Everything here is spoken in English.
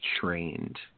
trained